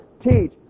teach